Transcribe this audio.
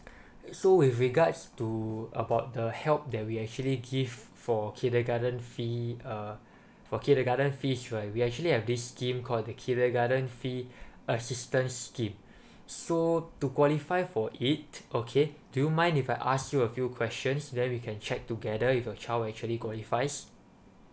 so with regards to about the help that we actually give for kindergarten fee uh for kindergarten fee right we actually have this scheme call the kindergarten fee assistance scheme so to qualify for it okay do you mind if I ask you a few questions then we can check together if your child actually qualifies